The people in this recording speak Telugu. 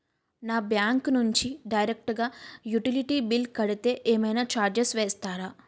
నా బ్యాంక్ నుంచి డైరెక్ట్ గా యుటిలిటీ బిల్ కడితే ఏమైనా చార్జెస్ వేస్తారా?